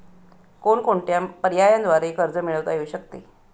कोणकोणत्या पर्यायांद्वारे कर्ज मिळविता येऊ शकते?